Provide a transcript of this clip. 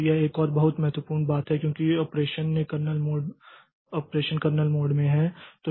तो यह एक और बहुत महत्वपूर्ण बात है क्योंकि ऑपरेशन के कर्नेल मोड में है